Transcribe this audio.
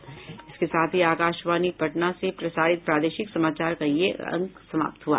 इसके साथ ही आकाशवाणी पटना से प्रसारित प्रादेशिक समाचार का ये अंक समाप्त हुआ